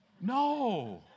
no